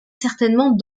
certainement